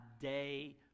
day